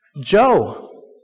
Joe